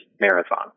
marathon